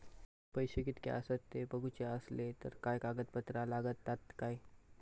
पैशे कीतके आसत ते बघुचे असले तर काय कागद पत्रा लागतात काय?